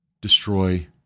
destroy